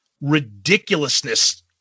ridiculousness